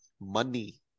money